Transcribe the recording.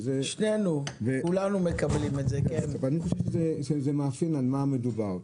ואני חושב שזה מאפיין על מה המדובר.